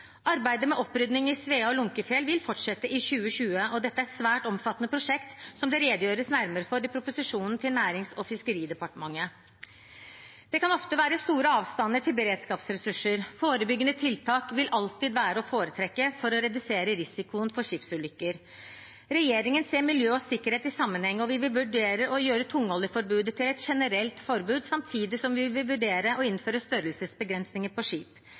Arbeidet med opprydding i Svea og Lunckefjell vil fortsette i 2020. Dette er svært omfattende prosjekt som det redegjøres nærmere for i proposisjonen til Nærings- og fiskeridepartementet. Det kan ofte være store avstander til beredskapsressurser. Forebyggende tiltak vil alltid være å foretrekke for å redusere risikoen for skipsulykker. Regjeringen ser miljø og sikkerhet i sammenheng, og vi vil vurdere å gjøre tungoljeforbudet til et generelt forbud, samtidig som vi vil vurdere å innføre størrelsesbegrensninger på skip.